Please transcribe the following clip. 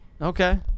Okay